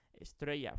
estrella